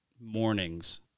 mornings